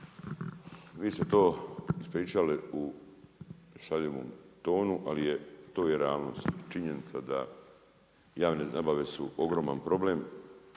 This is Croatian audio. Vi ste to ispričali u zanimljivom tonu, ali je to realnost. Činjenica da javne nabave su ogroman problem,